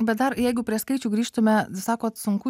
bet dar jeigu prie skaičių grįžtume sakot sunku